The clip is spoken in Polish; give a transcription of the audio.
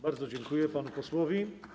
Bardzo dziękuję panu posłowi.